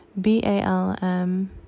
b-a-l-m